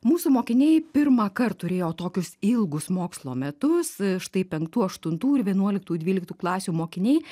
mūsų mokiniai pirmąkart turėjo tokius ilgus mokslo metus štai penktų aštuntų ir vienuoliktų dvyliktų klasių mokiniai